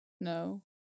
No